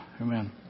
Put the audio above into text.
Amen